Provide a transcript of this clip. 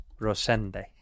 Rosende